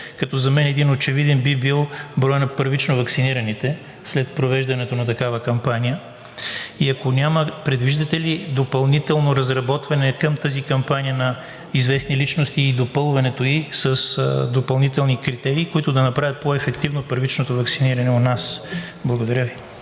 За мен един очевиден би бил броят на първично ваксинираните след провеждането на такава кампания. Ако няма, предвиждате ли допълнително разработване към тази кампания на известни личности и допълването ѝ с допълнителни критерии, които да направят по-ефективно първичното ваксиниране у нас? Благодаря Ви.